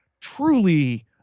truly